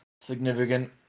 significant